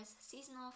seasonal